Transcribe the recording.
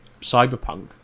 cyberpunk